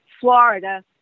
Florida